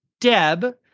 Deb